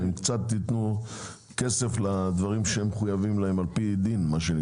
הם ייתנו קצת כסף לדברים שהם מחויבים להם על פי דין.